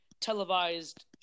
televised